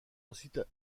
ensuite